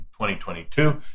2022